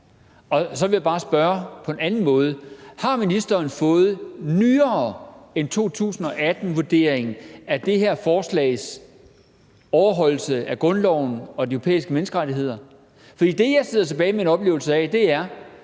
Så vil jeg spørge på en anden måde: Har ministeren fået noget nyere information end 2018-vurderingen af det her forslags overholdelse af grundloven og de europæiske menneskerettigheder? For det, jeg sidder tilbage med, er en oplevelse af, at man